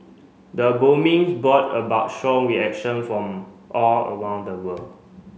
the bombings brought about strong reaction from all around the world